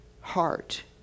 heart